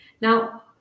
Now